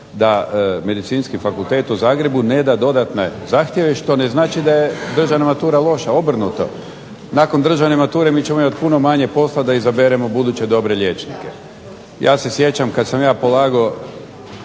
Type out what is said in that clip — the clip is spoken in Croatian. da Medicinski fakultet u Zagrebu ne da dodatne zahtjeve što ne znači da je državna matura loša. Obrnuto. Nakon državne mature mi ćemo imati puno manje posla da izaberemo buduće dobre liječnike. Ja se sjećam kada sam ja polagao